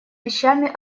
вещами